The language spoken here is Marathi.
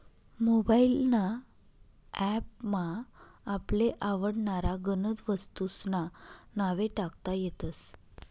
मोबाइल ना ॲप मा आपले आवडनारा गनज वस्तूंस्ना नावे टाकता येतस